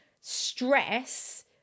stress